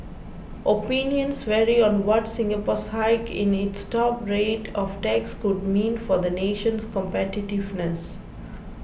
opinions vary on what Singapore's hike in its top rate of tax could mean for the nation's competitiveness